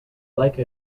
like